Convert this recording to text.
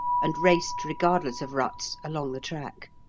and raced, regardless of ruts, along the track.